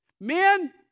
Men